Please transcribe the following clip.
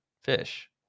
fish